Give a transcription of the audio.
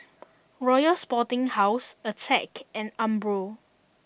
Royal Sporting House Attack and Umbro